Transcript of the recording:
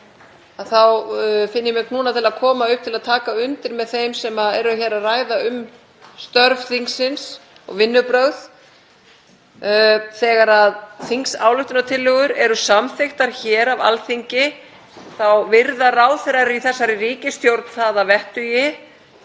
þá finn ég mig knúna til að koma upp til að taka undir með þeim sem eru að ræða um störf þingsins og vinnubrögð. Þegar þingsályktunartillögur eru samþykktar af Alþingi þá virða ráðherrar í þessari ríkisstjórn það að vettugi.